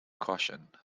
caution